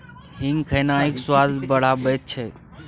हींग खेनाइक स्वाद बढ़ाबैत छै